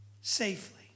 safely